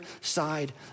side